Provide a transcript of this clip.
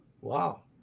wow